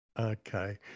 Okay